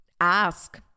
Ask